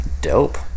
Dope